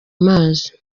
mazi